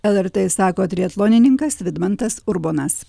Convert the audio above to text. lrt sako triatlonininkas vidmantas urbonas